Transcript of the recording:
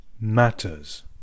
matters